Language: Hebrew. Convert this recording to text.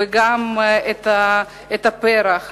וגם את הפרח,